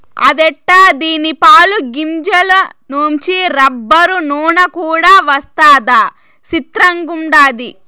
అదెట్టా దీని పాలు, గింజల నుంచి రబ్బరు, నూన కూడా వస్తదా సిత్రంగుండాది